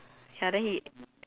ya then he